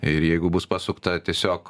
ir jeigu bus pasukta tiesiog